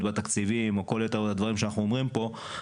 בתקציבים או כל יתר הדברים שאנחנו אומרים פה,